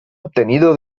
obtenido